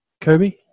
Kobe